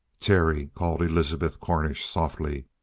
terry! called elizabeth cornish softly.